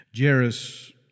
Jairus